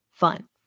Fun